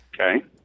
Okay